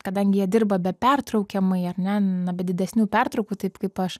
kadangi jie dirba be pertraukiamai ar ne na be didesnių pertraukų taip kaip aš